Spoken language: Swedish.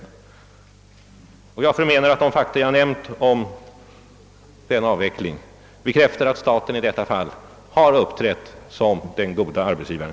Jag förmenar att de fakta jag nämnt om denna avveckling bekräftar att staten i detta fall har uppträtt som den goda arbetsgivaren.